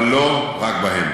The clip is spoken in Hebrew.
אבל לא רק בהם.